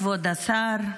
כבוד השר,